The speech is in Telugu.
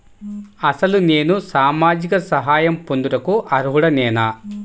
అసలు నేను సామాజిక సహాయం పొందుటకు అర్హుడనేన?